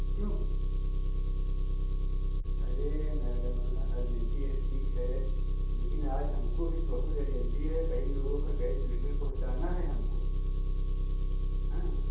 क्यों अरे मैडम अर्जेंटी है ठीक है लेकिन आज हमको भी बहुत अरजेन्टी है कई लोगों का गैस सिलिंडर पहुँचाना है हमको हाँ